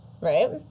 right